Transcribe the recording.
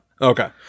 Okay